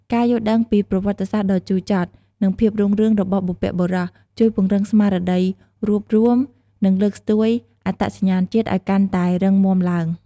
ការយល់ដឹងពីប្រវត្តិសាស្ត្រដ៏ជូរចត់ និងភាពរុងរឿងរបស់បុព្វបុរស ជួយពង្រឹងស្មារតីរួបរួម និងលើកស្ទួយអត្តសញ្ញាណជាតិឲ្យកាន់តែរឹងមាំឡើង។